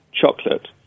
chocolate